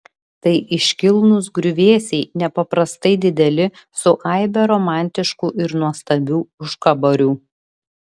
tai iškilnūs griuvėsiai nepaprastai dideli su aibe romantiškų ir nuostabių užkaborių